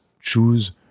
choose